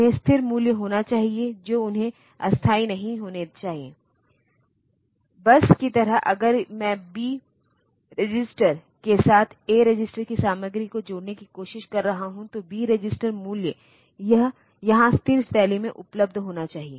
उन्हें स्थिर मूल्य होना चाहिए जो उन्हें अस्थाई नहीं होने चाहिए बस की तरह अगर मैं बी रजिस्टर के साथ ए रजिस्टर की सामग्री को जोड़ने की कोशिश कर रहा हूं तो बी रजिस्टर मूल्य यहां स्थिर शैली में उपलब्ध होना चाहिए